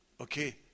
Okay